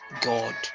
god